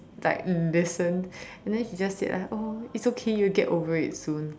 like listened and then she just said like oh it's okay you'll get over it soon